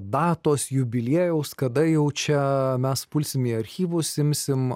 datos jubiliejaus kada jau čia mes pulsim į archyvus imsim